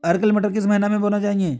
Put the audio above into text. Arkel मटर किस महीना में बोना चाहिए?